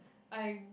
I